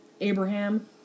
Abraham